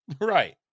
right